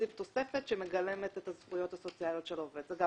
זאת אומרת,